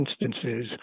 instances